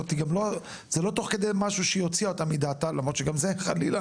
זה גם לא תוך כדי משהו שהיא הוציאה אותה מדעתה למרות שגם זה חלילה,